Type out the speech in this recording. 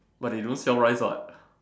but they don't sell rice what